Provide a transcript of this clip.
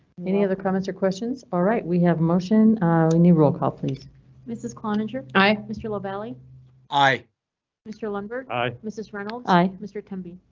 any other comments or questions? alright, we have motion. we need roll call please mrs cloninger i miss your love allie i mr lambert mrs reynolds i mr cumbee.